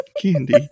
candy